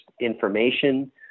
information